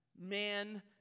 Man